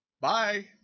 Bye